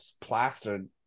plastered